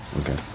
okay